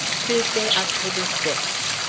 tuesday, october sixth.